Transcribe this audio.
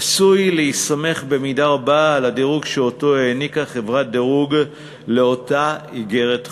עשוי להסתמך במידה רבה על הדירוג שהעניקה חברת דירוג לאותה איגרת חוב.